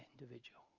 individual